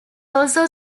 also